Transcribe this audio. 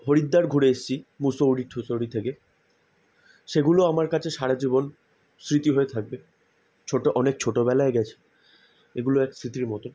হরিদ্বার ঘুরে এসেছি মুসৌরি ঠুসৌরি থেকে সেগুলো আমার কাছে সারা জীবন স্মৃতি হয়ে থাকবে ছোট অনেক ছোটবেলায় গিয়েছি এগুলো এক স্মৃতির মতো